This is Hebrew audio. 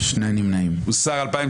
3 בעד,